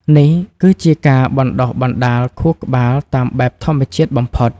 នេះគឺជាការបណ្តុះបណ្តាលខួរក្បាលតាមបែបធម្មជាតិបំផុត